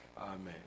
Amen